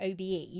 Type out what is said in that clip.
OBE